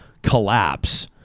collapse